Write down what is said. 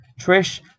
Trish